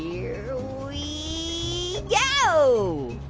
here we yeah go!